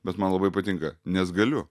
bet man labai patinka nes galiu